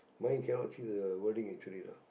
my cannot see the wording actually